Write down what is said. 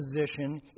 position